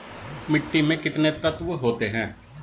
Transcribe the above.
मिट्टी में कितने तत्व होते हैं?